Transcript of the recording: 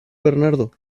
bernardo